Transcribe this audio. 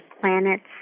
planets